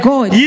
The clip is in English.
God